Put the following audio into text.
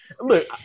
look